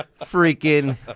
freaking